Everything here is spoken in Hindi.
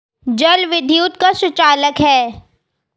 जल विद्युत का सुचालक है